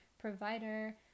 provider